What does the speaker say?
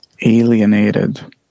alienated